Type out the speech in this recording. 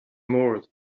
mbord